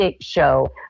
show